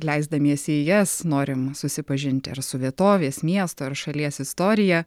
leisdamiesi į jas norim susipažinti ar su vietovės miesto ir šalies istorija